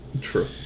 True